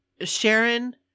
Sharon